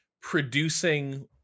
producing